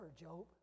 Job